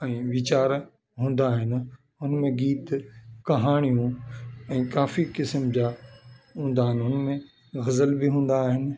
ऐं वीचार हूंदा आहिनि उनमें गीत कहाणियूं ऐं काफ़ी किस्मु जा हूंदा आहिनि उनमें गज़ल बि हूंदा आहिनि